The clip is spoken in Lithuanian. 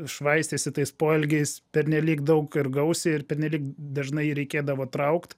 švaistėsi tais poelgiais pernelyg daug ir gausiai ir pernelyg dažnai reikėdavo traukt